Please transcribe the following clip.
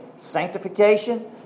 sanctification